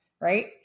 right